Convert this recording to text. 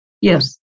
Yes